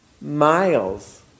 miles